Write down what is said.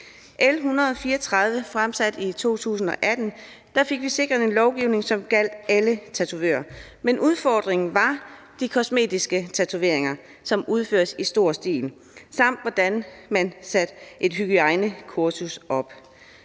134, fremsat i 2018, fik vi sikret en lovgivning, som gjaldt alle tatovører, men udfordringen var de kosmetiske tatoveringer, som udføres i stor stil, samt hvordan man satte et hygiejnekursus op.